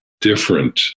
different